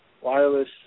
wireless